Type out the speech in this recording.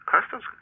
Customs